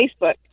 Facebook